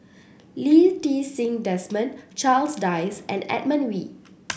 Lee Ti Seng Desmond Charles Dyce and Edmund Wee